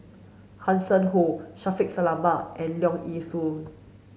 Hanson Ho Shaffiq Selamat and Leong Yee Soo